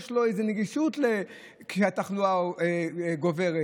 יש לו איזו רגישות לכך שהתחלואה גוברת.